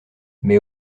mais